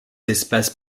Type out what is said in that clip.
espaces